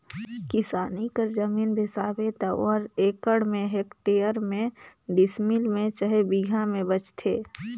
किसानी कर जमीन बेसाबे त ओहर एकड़ में, हेक्टेयर में, डिसमिल में चहे बीघा में बेंचाथे